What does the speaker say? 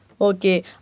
Okay